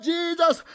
Jesus